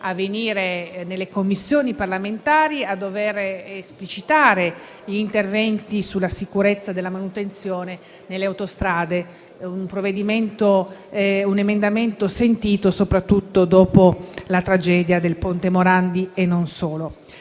a venire nelle Commissioni parlamentari a esplicitare gli interventi sulla sicurezza nella manutenzione delle autostrade; un emendamento sentito, soprattutto dopo la tragedia del ponte Morandi e non solo.